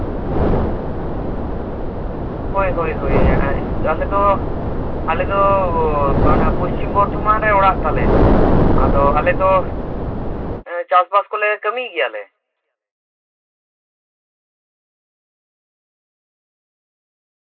ᱦᱳᱭ ᱦᱳᱭ ᱤᱧ ᱟᱞᱮ ᱫᱚ ᱟᱞᱮ ᱫᱚ ᱦᱟᱱᱟ ᱯᱚᱥᱪᱤᱢ ᱵᱚᱨᱷᱫᱚᱢᱟᱱ ᱨᱮ ᱚᱲᱟᱜ ᱛᱟᱞᱮ ᱟᱫᱚ ᱟᱞᱮᱫᱚ ᱪᱟᱥᱼᱵᱟᱥ ᱠᱚᱞᱮ ᱠᱟᱹᱢᱤᱭ ᱜᱮᱭᱟᱞᱮ